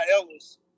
Ellis